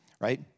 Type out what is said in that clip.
Right